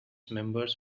members